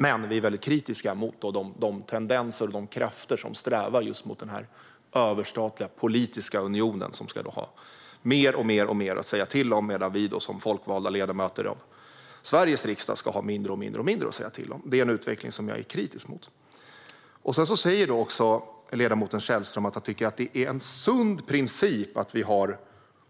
Vi är dock väldigt kritiska mot de tendenser och krafter som strävar mot en överstatlig politisk union som ska ha mer och mer att säga till om, medan vi folkvalda ledamöter av Sveriges riksdag ska ha mindre och mindre att säga till om. Det är en utveckling som jag är kritisk mot. Ledamoten Källström säger att han tycker att det är en sund princip att vi har en